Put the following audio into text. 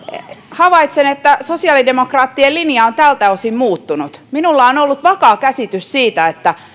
havaitsen että sosiaalidemokraattien linja on tältä osin muuttunut minulla on ollut vakaa käsitys siitä että